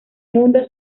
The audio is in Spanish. mundo